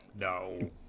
No